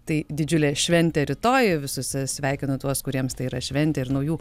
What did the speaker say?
tai didžiulė šventė rytoj visus sveikinu tuos kuriems tai yra šventė ir naujų